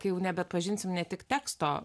kai jau nebeatpažinsim ne tik teksto